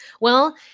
Well-